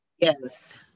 Yes